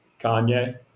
Kanye